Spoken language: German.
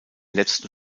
letzten